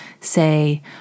say